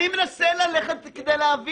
אני מנסה להבין.